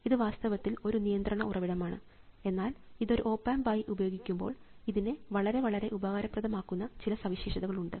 ഇത് വാസ്തവത്തിൽ ഒരു നിയന്ത്രണ ഉറവിടമാണ് എന്നാൽ ഇതൊരു ഓപ് ആമ്പ് ആയി ഉപയോഗിക്കുമ്പോൾ ഇതിനെ വളരെ വളരെ ഉപകാരപ്രദം ആക്കുന്ന ചില സവിശേഷതകൾ ഉണ്ട്